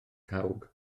cawg